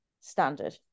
standard